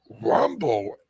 Rumble